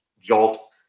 jolt